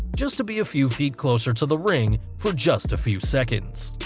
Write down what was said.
just to be a few feet closer to the ring for just a few seconds.